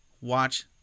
watch